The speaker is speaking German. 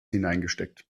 hineingesteckt